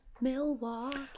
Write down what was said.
Milwaukee